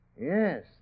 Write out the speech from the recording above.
Yes